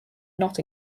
not